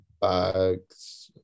bags